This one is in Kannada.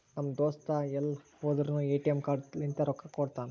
ನಮ್ ದೋಸ್ತ ಎಲ್ ಹೋದುರ್ನು ಎ.ಟಿ.ಎಮ್ ಕಾರ್ಡ್ ಲಿಂತೆ ರೊಕ್ಕಾ ಕೊಡ್ತಾನ್